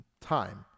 time